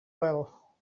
well